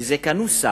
קנוסה,